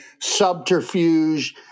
subterfuge